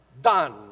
Done